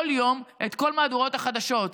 כל יום, את כל מהדורות החדשות.